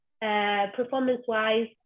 performance-wise